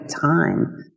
time